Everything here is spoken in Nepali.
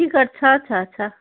टिकट छ छ छ